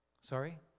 Sorry